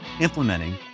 implementing